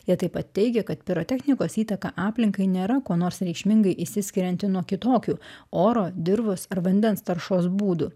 jie taip pat teigia kad pirotechnikos įtaka aplinkai nėra kuo nors reikšmingai išsiskirianti nuo kitokių oro dirvos ar vandens taršos būdų